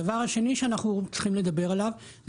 הדבר השני שאנחנו צריכים לדבר עליו זה